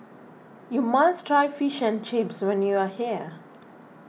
you must try Fish and Chips when you are here